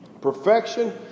perfection